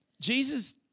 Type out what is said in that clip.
Jesus